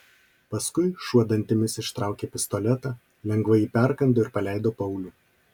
paskui šuo dantimis ištraukė pistoletą lengvai jį perkando ir paleido paulių